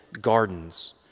gardens